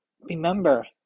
remember